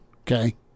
okay